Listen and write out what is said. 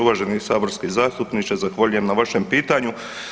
Uvaženi saborski zastupniče, zahvaljujem na vašem pitanju.